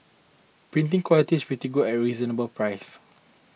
printing quality pretty good at reasonable prices